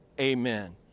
Amen